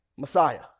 Messiah